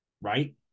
Right